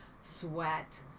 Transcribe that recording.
sweat